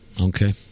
Okay